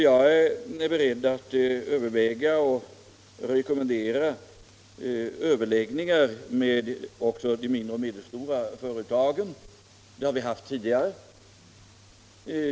Jag är beredd att överväga och rekommendera överläggningar med också de mindre och medelstora företagen. Sådana har vi haft tidigare.